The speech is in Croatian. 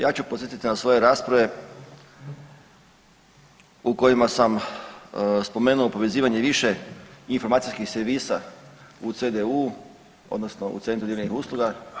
Ja ću podsjetiti na svoje rasprave u kojima sam spomenuo povezivanje više informacijskih servisa u CDU, odnosno u Centru ujedinjenih usluga.